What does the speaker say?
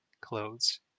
clothes